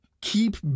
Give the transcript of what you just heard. keep